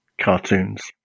cartoons